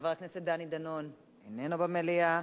חבר הכנסת דני דנון, איננו במליאה.